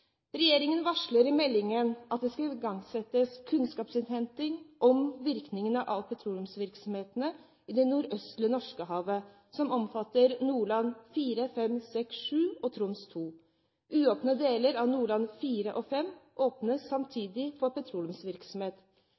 Regjeringen varsler i meldingen at det skal igangsettes kunnskapsinnhenting om virkninger av petroleumsvirksomhet i det nordøstlige Norskehavet, som omfatter Nordland IV, V, VI, VII og Troms II. Uåpnede deler av Nordland IV og V åpnes samtidig for petroleumsvirksomhet.